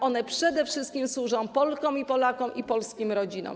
One przede wszystkim służą Polkom i Polakom oraz polskim rodzinom.